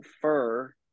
fur